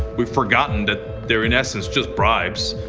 we've forgot tten that they're in essence just bribes.